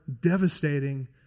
devastating